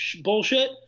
bullshit